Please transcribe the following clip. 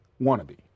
Wannabe